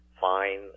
Fine